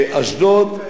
בלי, כן.